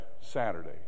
Saturday